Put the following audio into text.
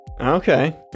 Okay